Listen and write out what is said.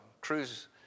cruise